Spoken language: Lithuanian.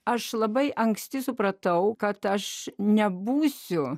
aš labai anksti supratau kad aš nebūsiu